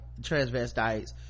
transvestites